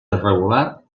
irregular